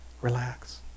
Relax